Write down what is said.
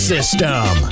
System